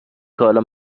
حالا